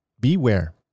beware